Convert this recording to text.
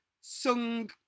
sung